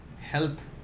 health